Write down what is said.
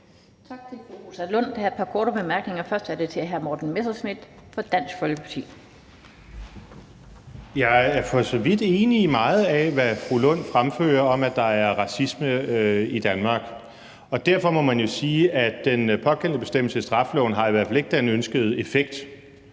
Jeg er for så vidt enig i meget af det, fru Rosa Lund fremfører, om, at der er racisme i Danmark. Og derfor må man jo sige, at den pågældende bestemmelse i straffeloven i hvert fald ikke har den ønskede effekt.